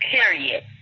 Period